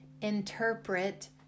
interpret